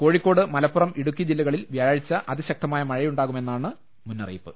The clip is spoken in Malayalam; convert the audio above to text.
കോഴിക്കോ ട് മലപ്പുറം ഇടുക്കി ജില്ലകളിൽ വ്യാഴാഴ്ച്ച അതിശക്തമായ മഴ യുണ്ടാകുമെന്നാണ് മുന്നറിയിപ്പ്